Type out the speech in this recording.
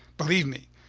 believe me,